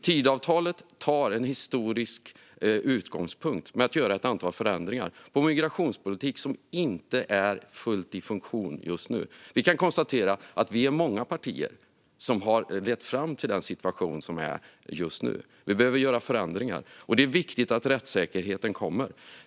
Tidöavtalet tar en historisk utgångspunkt i att göra ett antal förändringar av migrationspolitik som inte är fullt i funktion just nu. Vi kan konstatera att det är många partier som har lett fram till den situation som är just nu. Vi behöver göra förändringar, och det är viktigt att rättssäkerheten kommer.